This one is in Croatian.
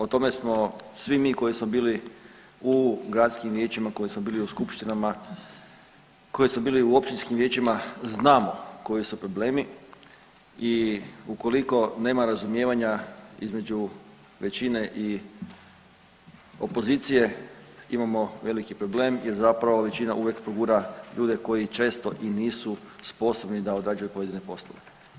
O tome smo svi mi koji smo bili u gradskim vijećima, koji smo bili u skupštinama, koji smo bili u općinskim vijećima znamo koji su problemi i ukoliko nema razumijevanja između većine i opozicije imamo veliki problem jer zapravo većina uvijek progura ljude koji često i nisu sposobni da odrađuju pojedine poslove.